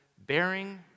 bearing